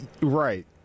Right